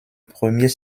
premier